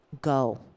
go